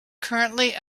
currently